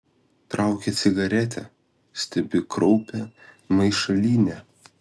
traukia cigaretę stebi kraupią maišalynę